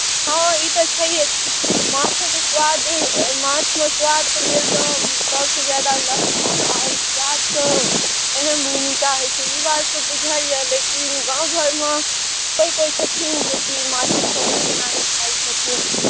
हँ ई तऽ छैहे माछक स्वाद ई माछमे स्वाद देखियौ तऽ सभसँ ज्यादा लहसुन प्याजके अहम भूमिका होइत छै ई बात बुझलियै लेकिन गामघरमे कोइ कहैत छथिन जे कि माछ ने खाइत छथिन